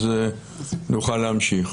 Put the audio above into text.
נוכל להמשיך.